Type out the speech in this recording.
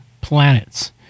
planets